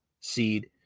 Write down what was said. seed